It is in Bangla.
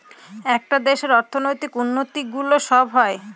একটা দেশের অর্থনৈতিক উন্নতি গুলো সব হয়